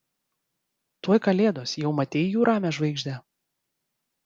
tuoj kalėdos jau matei jų ramią žvaigždę